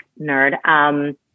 nerd